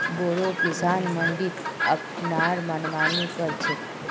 बोरो किसान मंडीत अपनार मनमानी कर छेक